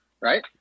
Right